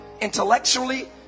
intellectually